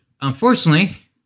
unfortunately